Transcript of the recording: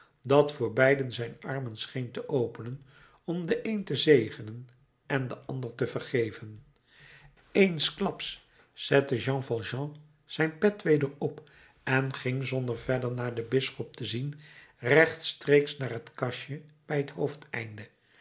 dat voor beiden zijn armen scheen te openen om den een te zegenen den ander te vergeven eensklaps zette jean valjean zijn pet weder op en ging zonder verder naar den bisschop te zien rechtstreeks naar het kastje bij het